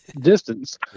distance